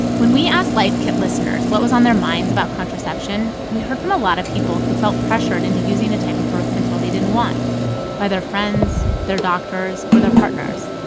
when we asked life kit listeners what was on their minds about contraception, we heard from a lot of people who felt pressured into using a type of birth control they didn't want by their friends, their doctors or their partners.